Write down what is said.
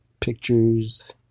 pictures